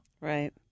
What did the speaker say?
Right